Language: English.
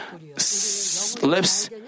lips